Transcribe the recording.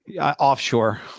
Offshore